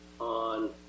on